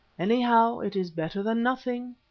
anyhow, it is better than nothing.